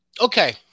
okay